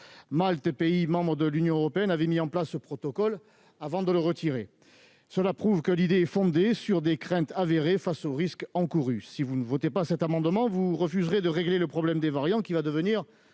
Malte, pays membre de l'Union européenne, avait mis en place ce protocole avant de le retirer, ce qui prouve que l'idée est fondée sur des craintes avérées face aux risques encourus. En ne votant pas cet amendement, mes chers collègues, vous renoncerez à régler le problème des variants, qui va devenir